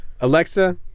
Alexa